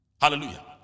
Hallelujah